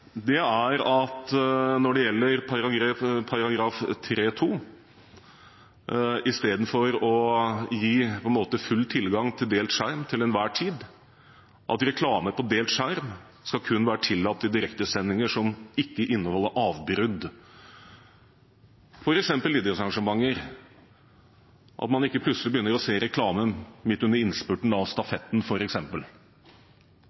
når det gjelder § 3-2, er at istedenfor å gi på en måte full tilgang til delt skjerm til enhver tid, skal reklame på delt skjerm kun være tillatt i direktesendinger som ikke inneholder avbrudd, f.eks. idrettsarrangementer – at man ikke plutselig begynner å se reklamen midt under innspurten av